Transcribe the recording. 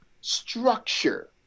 structure